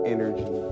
Energy